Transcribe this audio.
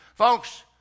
Folks